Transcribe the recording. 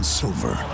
silver